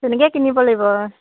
তেনেকৈ কিনিব লাগিব